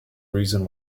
reason